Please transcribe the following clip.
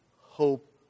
hope